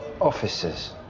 Officers